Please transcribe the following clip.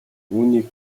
үүнийг